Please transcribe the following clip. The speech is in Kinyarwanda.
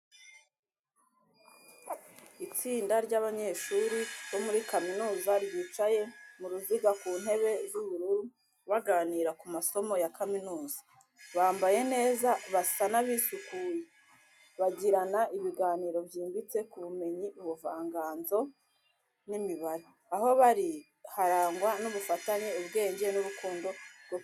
Itsinda ry’abanyeshuri bo muri kaminuza ryicaye mu ruziga ku ntebe z’ubururu, baganira ku masomo ya kaminuza. Bambaye neza, basa n’abisukuye. Bagirana ibiganiro byimbitse ku bumenyi, ubuvanganzo, n’imibare. Aho bari harangwa n’ubufatanye, ubwenge, n’urukundo rwo kwiga.